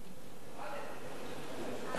עכשיו,